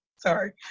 Sorry